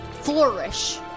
flourish